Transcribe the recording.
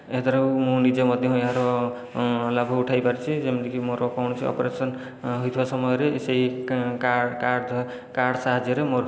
ଏହା ଦ୍ୱାରା ମୁଁ ନିଜେ ମଧ୍ୟ ଏହାର ଲାଭ ଉଠାଇପାରିଛି ଯେମିତି କି ମୋର କୌଣସି ଅପରେସନ ହୋଇଥିବା ସମୟରେ ସେହି କାର୍ଡ଼ ସାହାଯ୍ୟରେ ମୋର